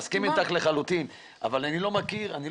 אני מסכים איתך לחלוטין, אבל אני לא יכול לומר